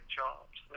jobs